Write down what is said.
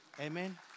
Amen